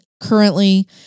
currently